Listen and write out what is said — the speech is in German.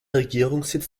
regierungssitz